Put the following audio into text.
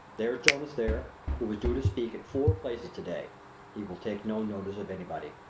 there's jonas there, who was due to speak in four places today he will take no notice of anybody.